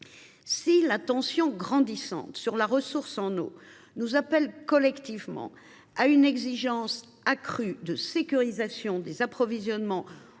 Si la tension grandissante sur la ressource en eau nous appelle collectivement à une exigence accrue de sécurisation des approvisionnements,